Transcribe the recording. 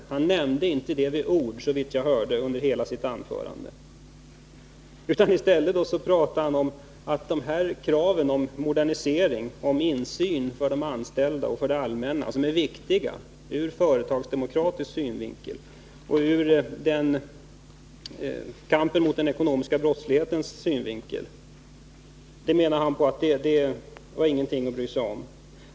Såvitt jag kunde höra nämnde han inte med ett ord dessa saker under hela sitt anförande. I stället menade han att kraven på modernisering och insyn för de anställda och det allmänna, som är viktiga ur företagsdemokratisk synvinkel och när det gäller kampen mot den ekonomiska brottsligheten, inte var något att bry sig om.